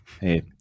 Hey